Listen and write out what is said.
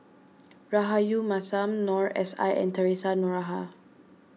Rahayu Mahzam Noor S I and theresa Noronha